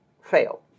fail